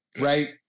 Right